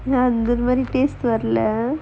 அந்த மாறி:antha maari taste வரல:varala